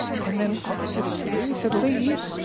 and then i'll give it to you. he said, lady,